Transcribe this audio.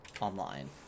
Online